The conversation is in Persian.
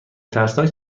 ترسناک